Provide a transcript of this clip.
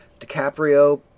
DiCaprio